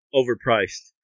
overpriced